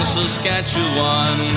Saskatchewan